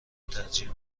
ترجیح